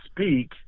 speak